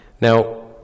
Now